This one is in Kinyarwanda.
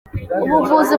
ubuvuzi